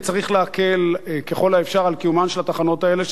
צריך להקל ככל האפשר על קיומן של התחנות האלה.